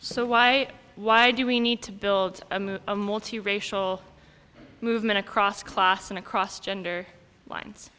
so why why do we need to build a multi racial movement across class and across gender lines